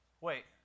Wait